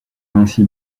ainsi